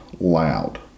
loud